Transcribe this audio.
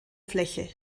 fläche